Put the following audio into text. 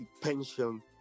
pension